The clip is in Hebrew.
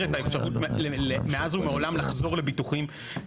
את האפשרות מאז ומעולם לחזור לביטוחים,